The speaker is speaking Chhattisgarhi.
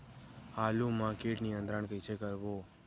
आलू मा कीट नियंत्रण कइसे करबो?